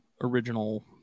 original